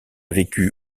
vécu